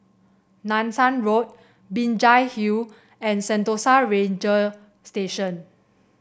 Nanson Road Binjai Hill and Sentosa Ranger Station